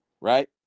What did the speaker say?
right